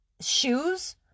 shoes